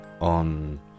on